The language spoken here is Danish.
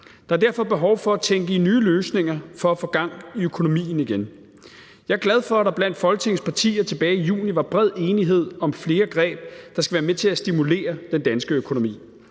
Der er derfor behov for at tænke i nye løsninger for at få gang i økonomien igen. Jeg er glad for, at der blandt Folketingets partier tilbage i juni var bred enighed om flere greb, der skal være med til at stimulere den danske økonomi.